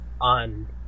on